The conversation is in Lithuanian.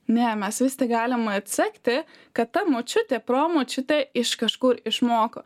ne mes vis tik galim atsekti kad ta močiutė pro močiutė iš kažkur išmoko